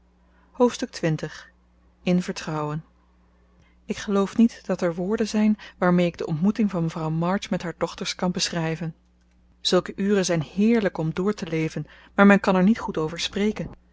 hoofdstuk xx in vertrouwen ik geloof niet dat er woorden zijn waarmee ik de ontmoeting van mevrouw march met haar dochters kan beschrijven zulke uren zijn heerlijk om te doorleven maar men kan er niet goed over spreken